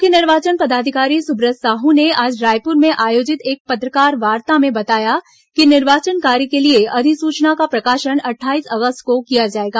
मुख्य निर्वाचन पदाधिकारी सुब्रत साहू ने आज रायपुर में आयोजित एक पत्रकारवार्ता में बताया कि निर्वाचन कार्य के लिए अधिसूचना का प्रकाशन अट्ठाईस अगस्त को किया जाएगा